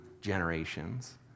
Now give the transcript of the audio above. generations